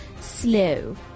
slow